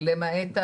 למעט,